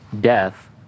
death